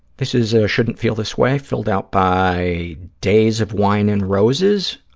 this is a shouldn't feel this way, filled out by days of wine and roses.